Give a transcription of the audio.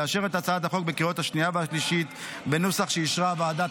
לאשר את הצעת החוק בקריאות השנייה והשלישית בנוסח שאישרה הוועדה.